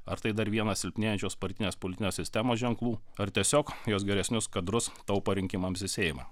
ar tai dar vienas silpnėjančios partinės politinės sistemos ženklų ar tiesiog jos geresnius kadrus taupo rinkimams į seimą